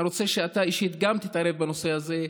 אני רוצה שאתה אישית גם תתערב בנושא הזה.